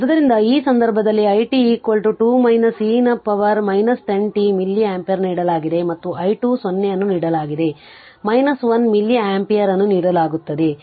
ಆದ್ದರಿಂದ ಈ ಸಂದರ್ಭದಲ್ಲಿ i t 2 e ನ ಪವರ್ 10 t ಮಿಲಿ ಆಂಪಿಯರ್ನೀಡಲಾಗಿದೆ ಮತ್ತು i 2 0 ಅನ್ನು ನೀಡಲಾಗಿದೆ 1 ಮಿಲಿ ಆಂಪಿಯರ್ ಅನ್ನು ನೀಡಲಾಗುತ್ತದೆ